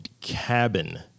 cabin